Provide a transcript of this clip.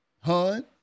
hun